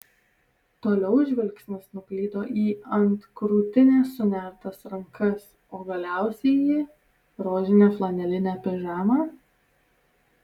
toliau žvilgsnis nuklydo į ant krūtinės sunertas rankas o galiausiai į rožinę flanelinę pižamą